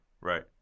Right